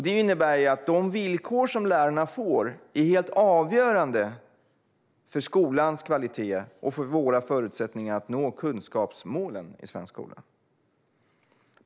Det innebär att de villkor som lärarna får är helt avgörande för skolans kvalitet och för våra förutsättningar att nå kunskapsmålen i svensk skola.